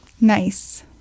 Nice